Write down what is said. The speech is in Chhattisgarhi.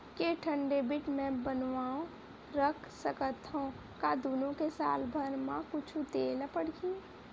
के ठन डेबिट मैं बनवा रख सकथव? का दुनो के साल भर मा कुछ दे ला पड़ही?